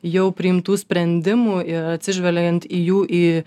jau priimtų sprendimų ir atsižvelgiant į jų į